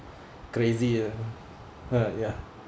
crazy ah !huh! ya